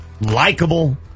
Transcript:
likable